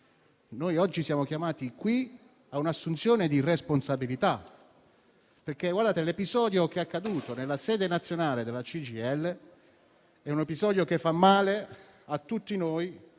qui e siamo chiamati a un'assunzione di responsabilità. Quanto è accaduto nella sede nazionale della CGIL è un episodio che fa male a tutti noi